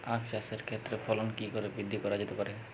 আক চাষের ক্ষেত্রে ফলন কি করে বৃদ্ধি করা যেতে পারে?